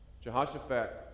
Jehoshaphat